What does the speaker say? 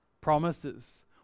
promises